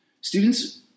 Students